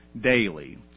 daily